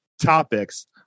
topics